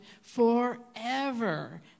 forever